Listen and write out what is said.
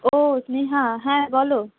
ও স্নেহা হ্যাঁ বলো